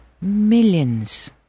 millions